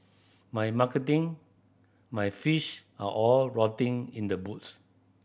my marketing my fish are all rotting in the boots